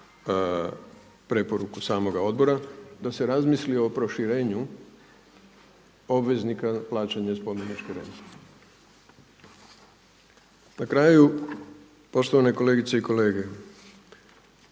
preporuku samoga odbora, da se razmisli o proširenju obveznika plaćanja spomeničke rente. Na kraju poštovane kolegice i kolege,